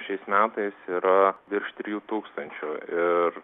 šiais metais yra virš trijų tūkstančių ir